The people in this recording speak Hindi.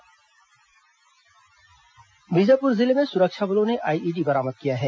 आईईडी बरामद बीजापुर जिले में सुरक्षा बलों ने आईईडी बरामद किया है